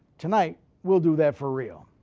tonight we'll do that for real.